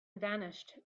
vanished